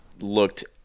looked